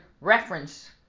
reference